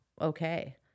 okay